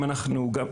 אם אנחנו גם,